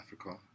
Africa